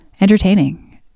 entertaining